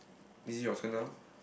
is it your turn now